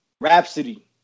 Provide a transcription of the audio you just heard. Rhapsody